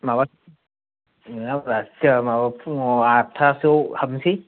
माबा नोङाब्रा सिया माबा फुङाव आदथासोयाव हाबसै